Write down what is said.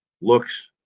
looks